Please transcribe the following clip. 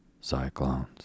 cyclones